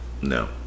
No